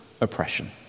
oppression